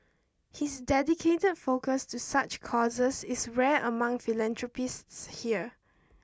his dedicated focus to such causes is rare among philanthropists here